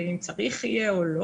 ואם צריך יהיה או לא